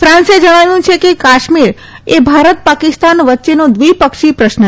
ફાન્સે જણાવ્યું છે કે કાશ્મીર એ ભારત પાકિસ્તાન વચ્ચેનો દ્વિપક્ષી પ્રશ્ન છે